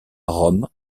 rome